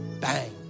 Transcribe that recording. bang